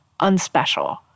unspecial